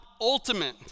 ultimate